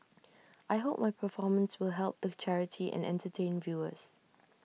I hope my performance will help the charity and entertain viewers